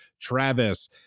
Travis